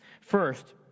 First